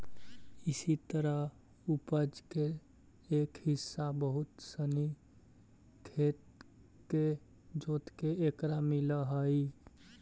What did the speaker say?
इसी तरह उपज के एक हिस्सा बहुत सनी खेत के जोतके एकरा मिलऽ हइ